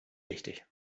wichtig